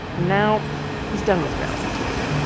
and now he's done with reality tv.